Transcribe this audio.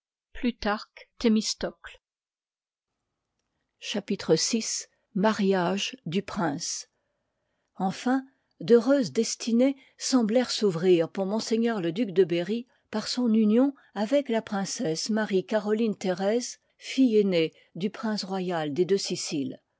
chapitre vi mariage du prince enfin d'heureuses destinées semblèrent s'ouvrir pour m le duc de berry par son union avec la princesse marie caroline thërèse fdle aînée du prince royal des